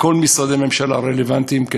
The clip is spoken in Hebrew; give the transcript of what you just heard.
כל משרדי הממשלה הרלוונטיים,